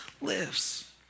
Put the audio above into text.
lives